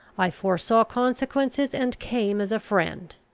i foresaw consequences, and came as a friend.